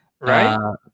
right